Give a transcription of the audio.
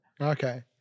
Okay